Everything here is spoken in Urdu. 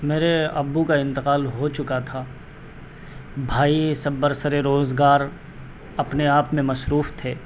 میرے ابو کا انتقال ہو چکا تھا بھائی سب بر سر روزگار اپنے آپ میں مصروف تھے